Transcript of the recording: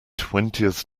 twentieth